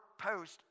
post